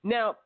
Now